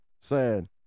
sad